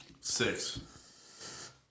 Six